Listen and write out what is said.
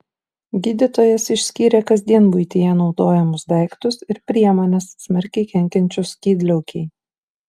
gydytojas išskyrė kasdien buityje naudojamus daiktus ir priemones smarkiai kenkiančius skydliaukei